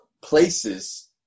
places